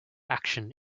action